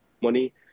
money